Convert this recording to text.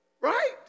right